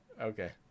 Okay